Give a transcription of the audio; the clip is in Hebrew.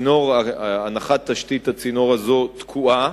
הנחת תשתית הצינור הזאת תקועה.